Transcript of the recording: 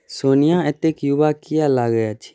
सोनिया एतेक युवा किएक लगैत अछि